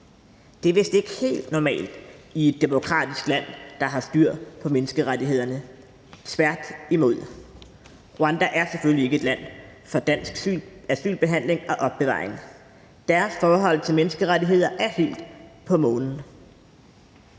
Det er vist ikke helt normalt i et demokratisk land, der har styr på menneskerettighederne – tværtimod. Rwanda er selvfølgelig ikke et land for dansk asylbehandling og -opbevaring. Rwandas forhold til menneskerettigheder er helt på månen.